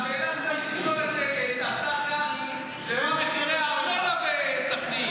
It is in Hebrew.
השאלה שצריך לשאול את השר קרעי היא מה מחירי הארנונה בסח'נין,